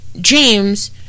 James